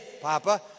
Papa